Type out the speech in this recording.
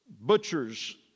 butchers